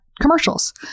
commercials